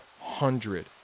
hundred